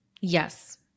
Yes